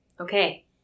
Okay